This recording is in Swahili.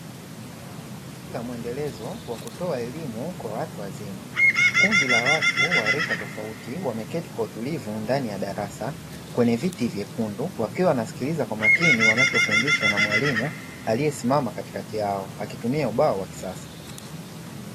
Mkufunzi wa kutoa elimu kwa watu wazima kundi la watu wareka tofauti wameketi kwa utulivu ndani ya darasa kwenye viti vyekundu, wakiwa wanasikiliza kwa makini wanachofundishwa na mwalimu aliyesimama katikati yao akitumia ubao wa kisasa.